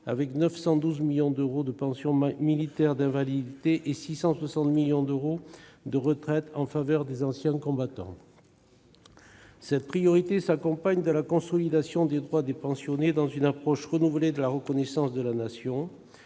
avec 912 millions d'euros de pensions militaires d'invalidité et 660 millions d'euros de pensions de retraite en faveur des anciens combattants. Cette priorité s'accompagne de la consolidation des droits des pensionnés, selon une approche renouvelée de la reconnaissance que leur